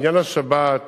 לעניין השבת,